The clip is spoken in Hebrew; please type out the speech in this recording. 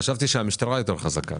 חשבתי שהמשטרה יותר חזקה.